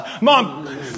Mom